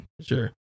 sure